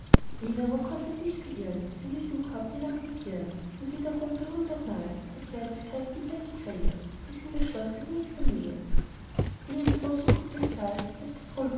aber konnt es nicht beirren er ließ im korb die lampen klirren und wiederholte hundertmal aus leibeskräften sein gekrähe bis in des schlosses nächste nähe in ihrem großen kuppelsaal saß